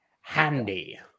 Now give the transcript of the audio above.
Handy